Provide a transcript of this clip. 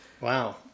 Wow